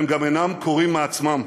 הם גם אינם קורים מעצמם.